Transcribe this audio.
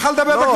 חבר הכנסת פרוש,